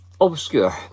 Obscure